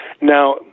Now